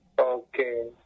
Okay